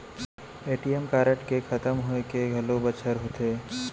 ATM card के खतम होए के घलोक बछर होथे